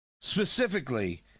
Specifically